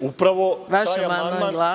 upravo je